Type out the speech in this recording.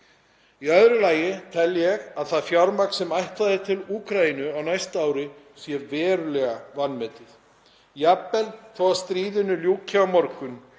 Í öðru lagi tel ég að það fjármagn sem ætlað er til Úkraínu á næsta ári sé verulega vanmetið. Jafnvel þó að stríðinu ljúki á morgun